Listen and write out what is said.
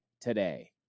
today